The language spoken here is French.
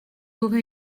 aurez